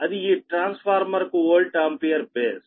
అది ఈ transformer కు వోల్ట్ ఆంపియర్ బేస్